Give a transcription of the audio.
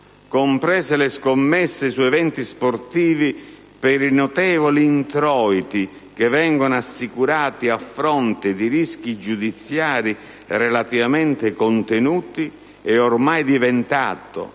comprese le scommesse su eventi sportivi, per i notevoli introiti che vengono assicurati a fronte di rischi giudiziari relativamente contenuti, è ormai diventato